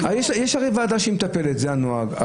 הרי ועדה שמטפלת, זה הנוהג.